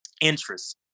interest